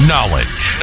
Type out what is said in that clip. Knowledge